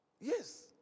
Yes